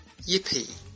Yippee